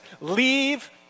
Leave